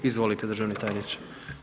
Izvolite državni tajniče.